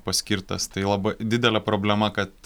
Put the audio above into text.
paskirtas tai lab didelė problema kad